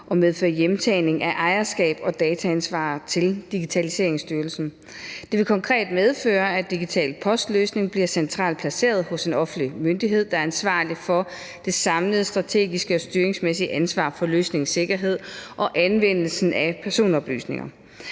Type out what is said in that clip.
og hjemtagning af ejerskab og dataansvaret til Digitaliseringsstyrelsen. Det vil konkret medføre, at digital post-løsning bliver centralt placeret hos en offentlig myndighed, der har det samlede strategiske og styringsmæssige ansvar for løsningens sikkerhed og anvendelsen af personoplysninger.